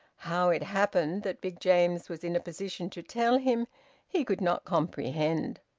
how it happened that big james was in a position to tell him he could not comprehend.